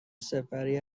سفری